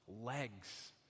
legs